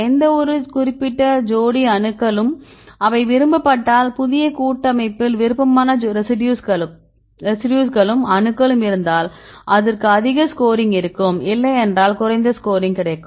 எந்தவொரு குறிப்பிட்ட ஜோடி அணுக்களும் அவை விரும்பப்பட்டால் புதிய கூட்டமைப்பில் விருப்பமான ரெசிடியூஸ்களும் அணுக்களும் இருந்தால் அதற்கு அதிக ஸ்கோரிங் இருக்கும் இல்லை என்றால் குறைந்த ஸ்கோரிங் கிடைக்கும்